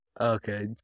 Okay